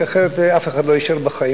כי אחרת אף אחד לא יישאר בחיים.